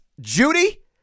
Judy